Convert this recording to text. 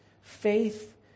faith